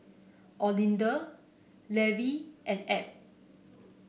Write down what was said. Olinda Levie and Ab